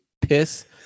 piss